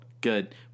Good